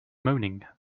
moaning